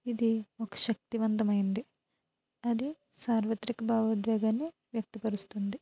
ఇది ఒక శక్తివంతమైంది అది సార్వత్రిక భావోద్వేగాన్ని వ్యక్తపరుస్తుంది